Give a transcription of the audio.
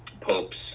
popes